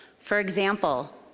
for example,